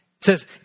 says